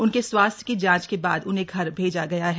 उनके स्वास्थ्य की जांच के बाद उन्हें घर भेजा गया है